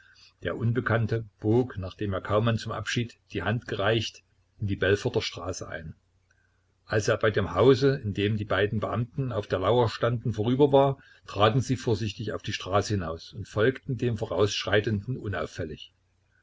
der unbekannte bog nachdem er kaumann zum abschied die hand gereicht in die belforter straße ein als er bei dem hause in dem die beiden beamten auf der lauer standen vorüber war traten sie vorsichtig auf die straße hinaus und folgten dem vorausschreitenden unauffällig